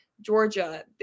Georgia